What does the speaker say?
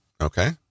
Okay